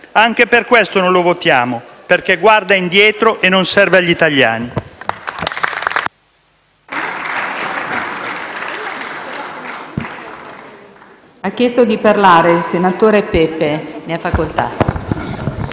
anche per questo non lo votiamo, perché guarda indietro e non serve agli italiani.